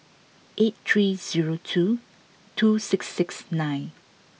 eight three zero two two six six nine